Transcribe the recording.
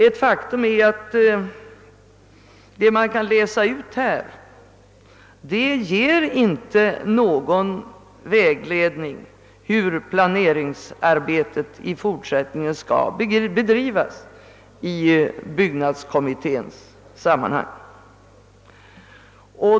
Ett faktum är att vad man kan läsa ut här inte ger någon vägledning för hur planeringsarbetet i fortsättningen skall bedrivas i byggnadskommittén.